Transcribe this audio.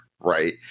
right